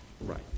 Right